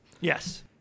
Yes